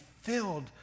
filled